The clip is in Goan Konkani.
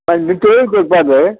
तेंय करपाचें